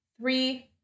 three